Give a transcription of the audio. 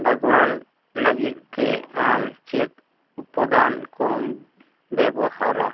ᱵᱟᱜᱽᱣᱟᱱ ᱞᱟᱹᱜᱤᱫ ᱛᱮ ᱟᱢ ᱪᱮᱫ ᱩᱯᱟᱫᱟᱱ ᱠᱚᱢ ᱵᱮᱵᱚᱦᱟᱨᱟ